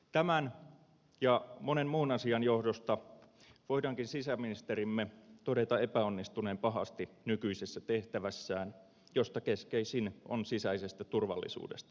tämän ja monen muun asian johdosta voidaankin sisäministerimme todeta epäonnistuneen pahasti nykyisissä tehtävissään joista keskeisin on sisäisestä turvallisuudesta huolehtiminen